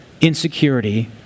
insecurity